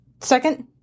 Second